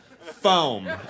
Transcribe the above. foam